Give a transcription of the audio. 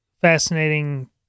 fascinating